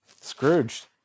Scrooge